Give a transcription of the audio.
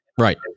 Right